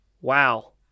wow